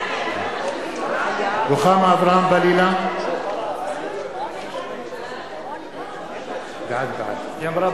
בעד רוחמה אברהם-בלילא, בעד